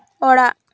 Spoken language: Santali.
ᱚᱲᱟᱜ